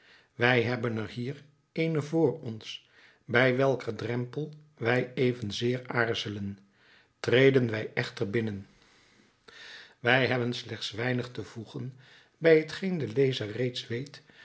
wij hebben er hier eene voor ons bij welker drempel wij evenzeer aarzelen treden wij echter binnen wij hebben slechts weinig te voegen bij t geen de lezer reeds weet